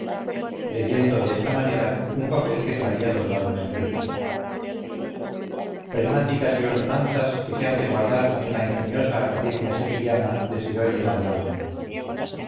dignidad leyendo desta manera un papel que traía doblado en el pecho premáticas y ordenanzas que se han de guardar en la ingeniosa academia sevillana desde hoy en adelante